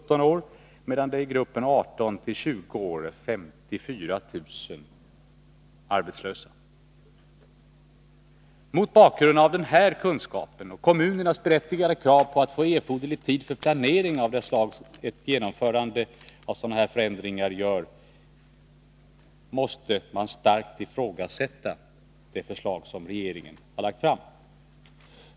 17 år, medan det i gruppen 18 t.o.m. 20 år är 54 000 arbetslösa. Mot bakgrund av den här kunskapen och kommunernas berättigade krav på att få erforderlig tid för planering av detta slag av genomgripande förändringar måste ett genomförande av förslaget starkt ifrågasättas.